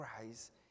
Christ